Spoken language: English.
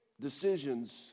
decisions